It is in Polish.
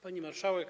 Pani Marszałek!